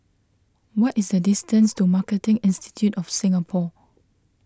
what is the distance to Marketing Institute of Singapore